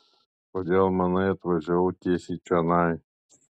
kodėl manai atvažiavau tiesiai čionai